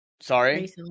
sorry